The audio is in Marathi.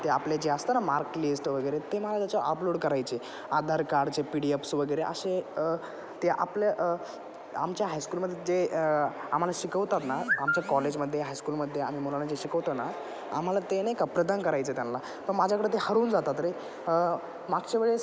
ते आपले जे असतं ना मार्कलिस्ट वगैरे ते मला त्याच्यावर अपलोड करायचे आधार कार्डचे पी डी एफ्स वगैरे असे ते आपलं आमच्या हायस्कूलमध्ये जे आम्हाला शिकवतात ना आमच्या कॉलेजमध्ये हायस्कूलमध्ये आम्ही मुलांना जे शिकवतो ना आम्हाला ते नाही का प्रदान करायचं आहे त्यांना पण माझ्याकडं ते हरवून जातात रे मागच्या वेळेस